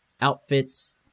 outfits